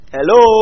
Hello